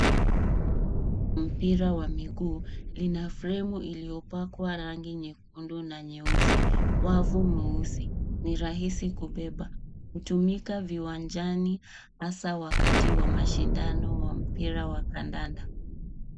Mpira wa miguu lina fremu iliyo pakwa rangi nyekundu na nyeusi. Wavu mweusi ni rahisi kubeba. Hutumika viwanjani hasa wakati wa mashindano wa mpira wa kandanda.